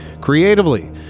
creatively